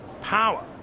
power